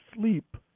sleep